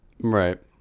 right